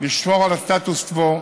לשמור על הסטטוס קוו,